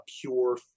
pure